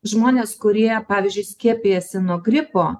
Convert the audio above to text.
žmonės kurie pavyzdžiui skiepijasi nuo gripo